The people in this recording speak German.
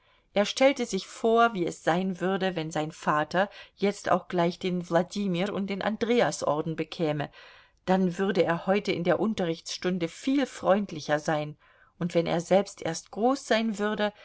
er stellte sich vor wie es sein würde wenn sein vater jetzt auch gleich den wladimir und den andreasorden bekäme dann würde er heute in der unterrichtsstunde viel freundlicher sein und wenn er selbst erst groß sein würde